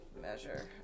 measure